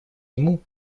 нему